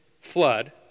flood